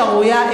שערורייה,